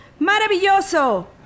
Maravilloso